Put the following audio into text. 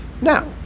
Now